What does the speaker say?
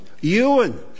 Ewan